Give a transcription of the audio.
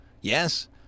yes